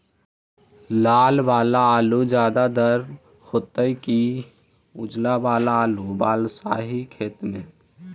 लाल वाला आलू ज्यादा दर होतै कि उजला वाला आलू बालुसाही खेत में?